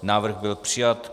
Návrh byl přijat.